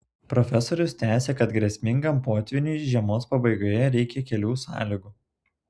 profesorius tęsia kad grėsmingam potvyniui žiemos pabaigoje reikia kelių sąlygų